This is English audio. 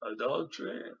adultery